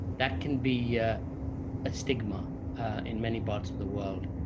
that can be a stigma in many parts of the world.